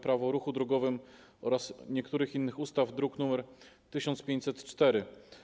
Prawo o ruchu drogowym oraz niektórych innych ustaw, druk nr 1504.